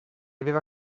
aveva